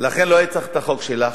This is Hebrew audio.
לכן לא הייתי צריך את החוק שלך.